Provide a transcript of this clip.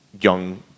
young